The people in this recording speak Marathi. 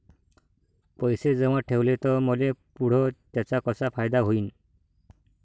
पैसे जमा ठेवले त मले पुढं त्याचा कसा फायदा होईन?